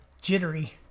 jittery